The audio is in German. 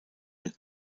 mit